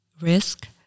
risk